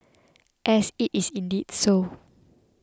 and it is indeed so